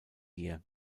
year